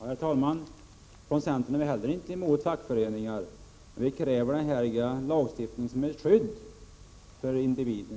Herr talman! Från centern är vi inte heller emot fackföreningar, men vi kräver denna lagstiftning som ett skydd för individen.